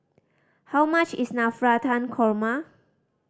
how much is Navratan Korma